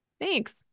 Thanks